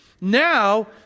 Now